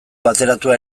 bateratua